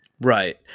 right